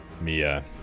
Mia